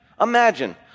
imagine